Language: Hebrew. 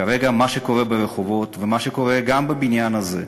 כרגע מה שקורה ברחובות ומה שקורה גם בבניין הזה,